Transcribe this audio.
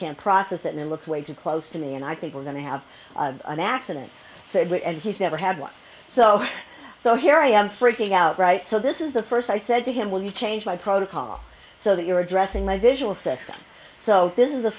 can't process it and looks way too close to me and i think we're going to have an accident so what and he's never had one so so here i am freaking out right so this is the first i said to him will you change my protocol so that you're addressing my visual system so this is the